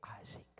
Isaac